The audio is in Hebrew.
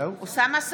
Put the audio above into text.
אוסאמה סעדי,